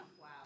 Wow